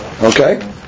Okay